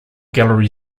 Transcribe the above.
gallery